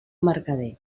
mercader